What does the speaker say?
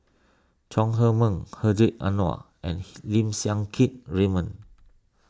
Chong Heman Hedwig Anuar and Lim Siang Keat Raymond